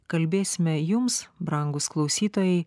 kalbėsime jums brangūs klausytojai